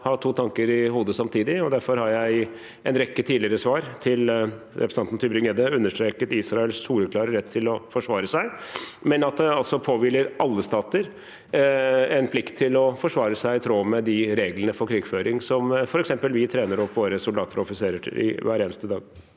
ha to tanker i hodet samtidig. Derfor har jeg i en rekke tidligere svar til representanten Tybring-Gjedde understreket Israels soleklare rett til å forsvare seg, men at det altså påhviler alle stater en plikt til å forsvare seg i tråd med de reglene for krigføring som f.eks. vi trener opp våre soldater og offiserer i hver eneste dag.